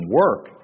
work